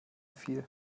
viel